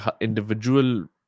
individual